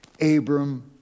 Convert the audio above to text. Abram